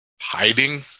hiding